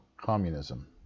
communism